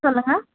சொல்லுங்க